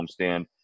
homestand